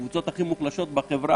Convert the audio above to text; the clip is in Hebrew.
הקבוצות הכי מוחלשות החברה,